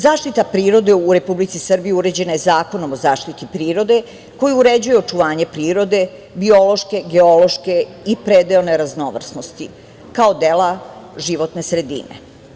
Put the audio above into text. Zaštita prirode u Republici Srbiji uređena je Zakonom o zaštiti prirode koji uređuje očuvanje prirode, biološke, geološke i predeone raznovrsnosti kao dela životne sredine.